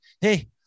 hey